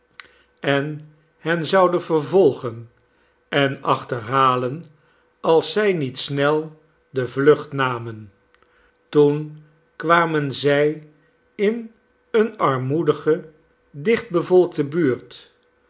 en hen zouden vervolgen en achterhalen als zij niet snel de vlucht namen toen kwamen zij in eene armoedige dicht bevolkte buurt